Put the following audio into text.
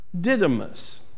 Didymus